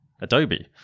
Adobe